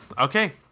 Okay